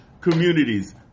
communities